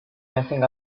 messing